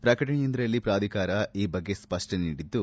ಪ್ರಕಟಣೆಯೊಂದರಲ್ಲಿ ಪ್ರಾಧಿಕಾರ ಈ ಬಗ್ಗೆ ಸ್ಪಷ್ಟನೆ ನೀಡಿದ್ದು